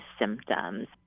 symptoms